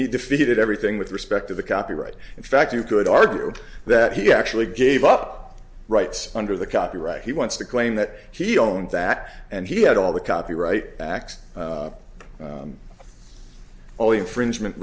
he defeated everything with respect to the copyright in fact you could argue that he actually gave up rights under the copyright he wants to claim that he owned that and he had all the copyright act all the infringement